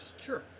Sure